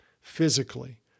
physically